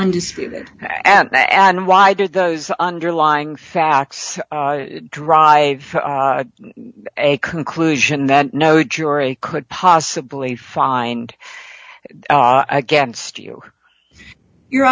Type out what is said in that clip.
undisputed and why did those underlying facts drive a conclusion that no jury could possibly find against you your